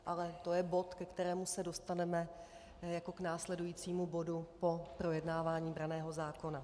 Ale to je bod, ke kterému se dostaneme jako k následujícímu bodu po projednávání branného zákona.